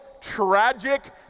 tragic